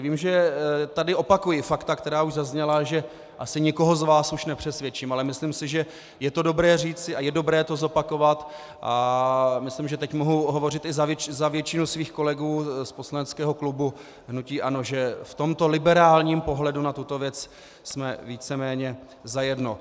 Vím, že tady opakuji fakta, která už zazněla, že asi nikoho z vás nepřesvědčím, ale myslím si, že je dobré to říci a je dobré to zopakovat, a myslím, že teď mohu hovořit i za většinu svých kolegů z poslaneckého klubu hnutí ANO, že v tomto liberálním pohledu na tuto věc jsme víceméně za jedno.